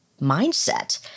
mindset